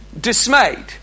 Dismayed